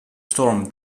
storm